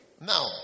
Now